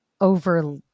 over